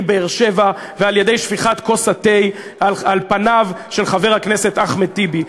באר-שבע על-ידי שפיכת כוס התה על פניו של חבר הכנסת אחמד טיבי.